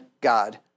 God